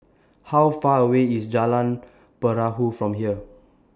How Far away IS Jalan Perahu from here